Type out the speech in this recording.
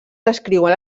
descriuen